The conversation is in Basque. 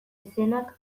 izenak